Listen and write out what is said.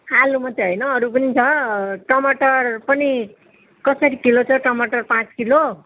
आलु मात्रै होइन अरू पनि छ टमाटर पनि कसरी किलो छ टमाटर पाँच किलो